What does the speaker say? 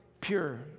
pure